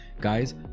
guys